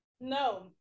no